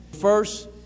First